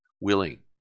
willing